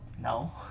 No